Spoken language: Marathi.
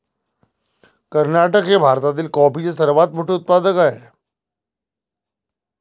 कर्नाटक हे भारतातील कॉफीचे सर्वात मोठे उत्पादक आहे